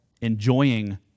Enjoying